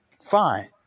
Fine